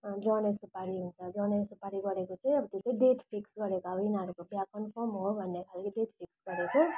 जनै सुपारी हुन्छ जनै सुपारी गरेको चाहिँ अब त्यो चाहिँ डेट फिक्स गरेका यिनीहरूको बिहा कन्फर्म हो भन्ने खाले डेट फिक्स गरेको